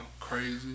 crazy